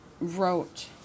wrote